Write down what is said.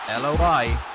LOI